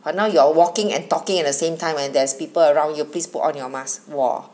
but now you're walking and talking at the same time when there's people around you please put on your mask !whoa!